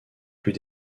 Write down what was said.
plus